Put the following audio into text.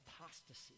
apostasy